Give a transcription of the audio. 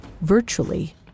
virtually